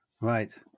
Right